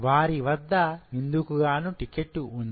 వారి వద్ద ఇందుకు గాను టికెట్ ఉన్నది